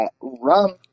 rum